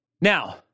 Now